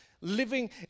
living